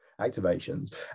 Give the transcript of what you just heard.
activations